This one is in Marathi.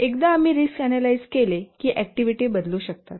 आणि एकदा आम्ही रिस्क आनलाईज केले की ऍक्टिव्हिटी बदलू शकतात